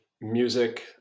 music